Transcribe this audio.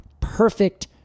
perfect